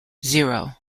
zero